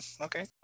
okay